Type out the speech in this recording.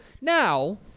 Now